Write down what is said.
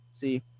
see